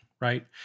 right